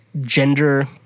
gender